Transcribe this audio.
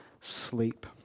sleep